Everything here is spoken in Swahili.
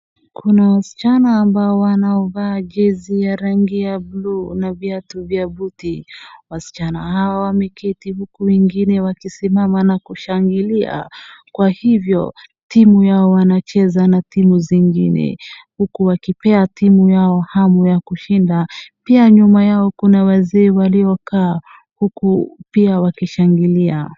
Kuna wasichana ambao wanaovaa jezi ya rangi ya buluu na viatu vya buti, wasichana hawa wameketi huku wengine wakisimama nakushangilia, kwa hivyo timu yao wanacheza na timu zingine, huku wakipea timu yao hamu ya kushinda. Pia nyuma yao kuna wazee waliokaa huku pia wakishangilia.